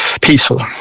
peaceful